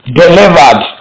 delivered